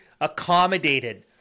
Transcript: accommodated